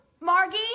Margie